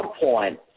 point